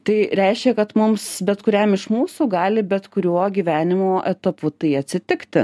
tai reiškia kad mums bet kuriam iš mūsų gali bet kuriuo gyvenimo etapu tai atsitikti